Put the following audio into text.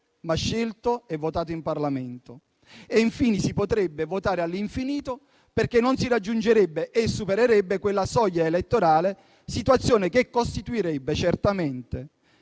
ma scelto e votato in Parlamento e, infine, si potrebbe votare all'infinito perché non si raggiungerebbe e supererebbe quella soglia elettorale, situazione che costituirebbe certamente